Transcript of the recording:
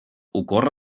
ocorre